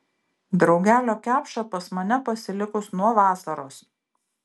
draugelio kepša pas mane pasilikus nuo vasaros